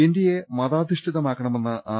ഇന്ത്യയെ മതാധിഷ്ഠിതമാക്കണമെന്ന ആർ